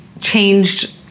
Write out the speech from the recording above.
changed